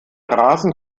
rasen